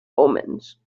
omens